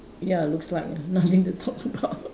ya looks like ah nothing to talk about